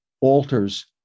alters